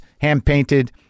hand-painted